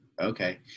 Okay